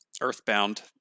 earthbound